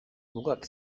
mugak